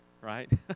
right